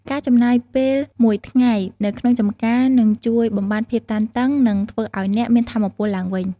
ការចំណាយពេលមួយថ្ងៃនៅក្នុងចម្ការនឹងជួយបំបាត់ភាពតានតឹងនិងធ្វើឱ្យអ្នកមានថាមពលឡើងវិញ។